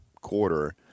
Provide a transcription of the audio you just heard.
quarter